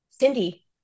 Cindy